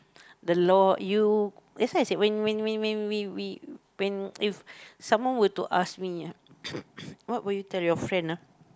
the law you that's why I said when when when when when we we when if someone were to ask me ah what would you tell your friend ah